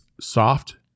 soft